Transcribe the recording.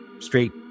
straight